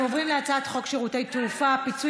אנחנו עוברים להצעת חוק שירותי תעופה (פיצוי